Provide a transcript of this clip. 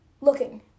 looking